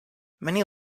many